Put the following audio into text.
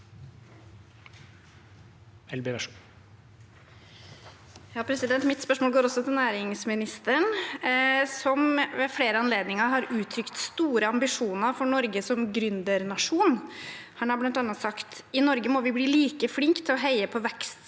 Melby (V) Mitt spørsmål går også til næringsministeren, som ved flere anledninger har uttrykt store ambisjoner for Norge som gründernasjon. Han har bl.a. sagt: «I Norge må vi bli like flinke til å heie på